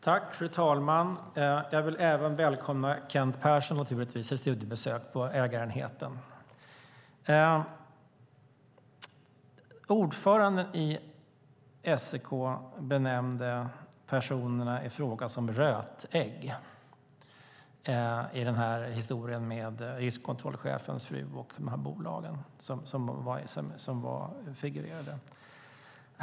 Fru talman! Jag vill naturligtvis även välkomna Kent Persson till ett studiebesök på ägarenheten. Ordföranden i SEK benämnde personerna i fråga som rötägg i historien om riskkontrollchefens fru och de här bolagen som figurerade.